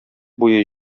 буе